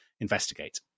investigate